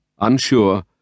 unsure